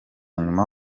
nyuma